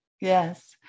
Yes